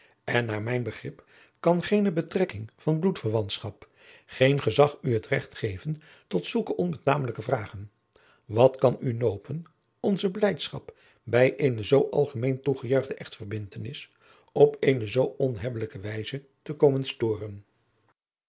en naar mijn begrip kan geene betrekking van bloedverwantschap geen gezag u het recht geven tot zulke onbetamelijke vragen wat kan u nopen onze blijdschap bij eene zoo algemeen toegejuichte echtverbindtenis op eene zoo onhebbelijke wijze te komen storen